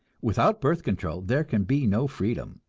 without birth control there can be no freedom,